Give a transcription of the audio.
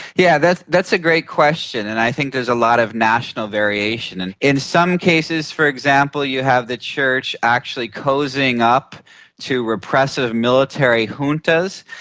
yeah that's that's a great question, and i think there's a lot of national variation. and in some cases, for example, you have the church actually cosying up to repressive military juntas,